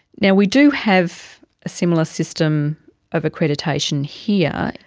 yeah we do have a similar system of accreditation here,